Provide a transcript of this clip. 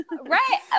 Right